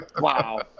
wow